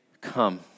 come